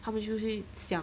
他们就去想